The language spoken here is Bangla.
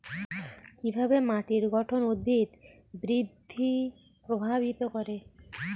কিভাবে মাটির গঠন উদ্ভিদ বৃদ্ধি প্রভাবিত করে?